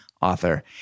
author